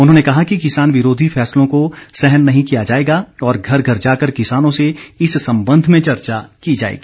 उन्होंने कहा कि किसान विरोधी फैसलों को सहन नहीं किया जाएगा और घर घर जाकर किसानों से इस संबंध में चर्चा की जाएगी